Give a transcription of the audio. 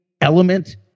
element